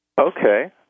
Okay